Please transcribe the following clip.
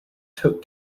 took